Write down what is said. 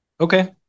okay